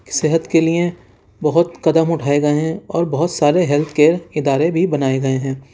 صحت کے لیے بہت قدم اٹھائے گئے ہیں اور بہت سارے ہیلتھ کیئر ادارے بھی بنائے گئے ہیں